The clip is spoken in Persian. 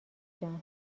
جان